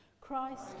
Christ